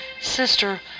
Sister